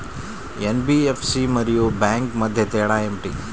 NBFC మరియు bank మధ్య తేడా ఏమిటి?